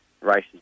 races